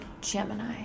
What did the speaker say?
Gemini